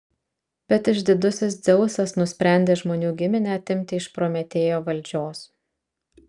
bet išdidusis dzeusas nusprendė žmonių giminę atimti iš prometėjo valdžios